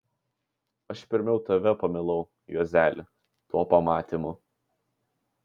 aš pirmiau tave pamilau juozeli tuo pamatymu